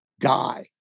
guy